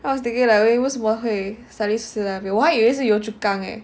I was thinking like 为什么会 suddenly 我还以为是 yio chu kang leh